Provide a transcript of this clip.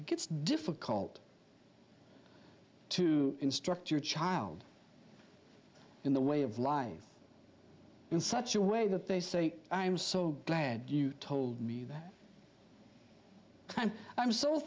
it gets difficult to instruct your child in the way of life in such a way that they say i am so glad you told me that